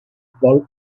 pol